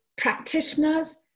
practitioners